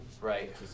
Right